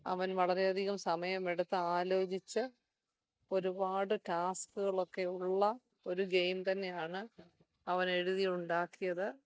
അവൻ വളരെ അധികം സമയമെടുത്ത് ആലോചിച്ച് ഒരുപാട് ടാസ്കുകളൊക്കെ ഉള്ള ഒരു ഗെയിം തന്നെ ആണ് അവനെഴുതി ഉണ്ടാക്കിയത്